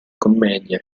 commedia